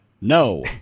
no